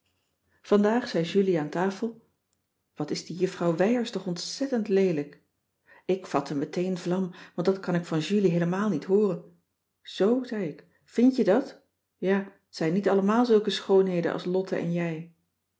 zei julie aan tafel wat is die juffrouw wijers toch ontzettend leelijk ik vatte meteen vlam want dat kan ik van julie heelemaal niet hooren zoo zei ik vind je dat ja t zijn niet allemaal zulke schoonheden als lotte en jij